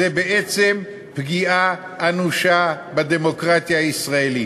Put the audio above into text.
זה בעצם פגיעה אנושה בדמוקרטיה הישראלית.